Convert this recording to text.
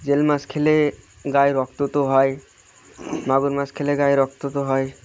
জিওল মাছ খেলে গায়ে রক্ত তো হয় মাগুর মাছ খেলে গায়ে রক্ত তো হয়